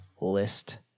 list